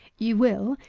you will,